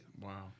wow